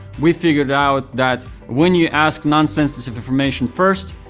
we figured out that when you ask non-sensitive information first,